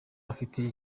afite